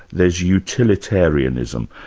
there's utilitarianism,